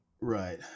Right